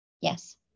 Yes